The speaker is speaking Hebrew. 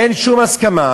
אין שום הסכמה.